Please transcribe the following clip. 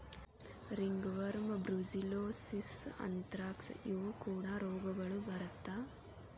ringworm, brucellosis, anthrax ಇವು ಕೂಡಾ ರೋಗಗಳು ಬರತಾ